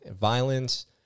violence